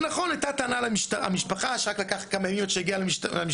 זה נכון הייתה טענה למשפחה שלקח כמה ימים עד שהגיע למשטרה,